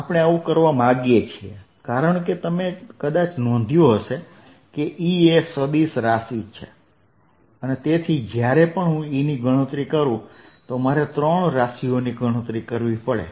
આપણે આવું કરવા માંગીએ છીએ કારણ કે તમે કદાચ નોંધ્યું હશે કે E એ સદિશ રાશિ છે તેથી જ્યારે પણ હું E ની ગણતરી કરું તો મારે ત્રણ રાશિઓની ગણતરી કરવી પડશે